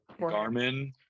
Garmin